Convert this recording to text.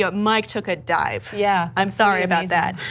but mike took a dive. yeah i'm sorry about that,